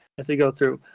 as we go through.